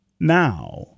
Now